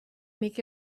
make